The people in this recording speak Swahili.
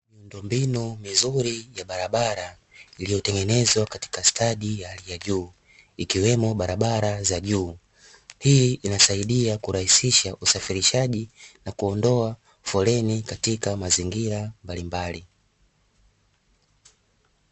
Miundombinu mizuri ya barabara iliyotengenezwa katika stadi ya hali ya juu ikiwemo barabara za juu, hii inasaidia kurahisisha usafirishaji na kuondoa foleni katika mazingira mbalimbali.